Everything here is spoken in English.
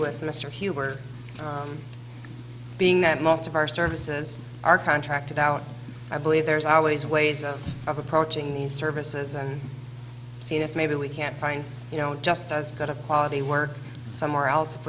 with mr huber being that most of our services are contracted out i believe there's always ways of approaching these services and see if maybe we can't find you know just as good a quality work somewhere else if